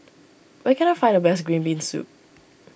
where can I find the best Green Bean Soup